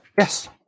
Yes